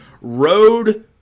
road